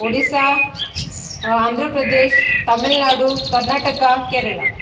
Odisha Andhra Pradesh Tamil Nadu Karnataka Kerala